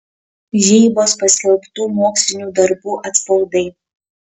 žeibos paskelbtų mokslinių darbų atspaudai